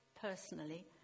personally